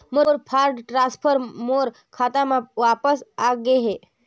मोर fund transfer मोर खाता म वापस आ गे हे